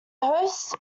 hosts